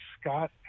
Scott